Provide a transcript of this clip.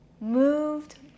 moved